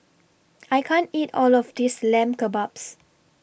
I can't eat All of This Lamb Kebabs